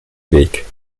weg